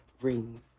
rings